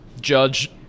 judge